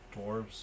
dwarves